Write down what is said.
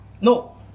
No